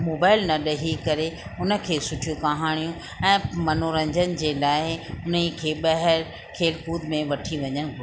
mobile न ॾई करे उन खे सुठियूं कहाणियूं ऐं मनोरंजन जे लाइ हुन खे ॿाहिरि खेल कूद में वठी वञणु घुरिजे